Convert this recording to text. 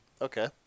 Okay